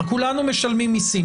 כולנו משלמים מיסים.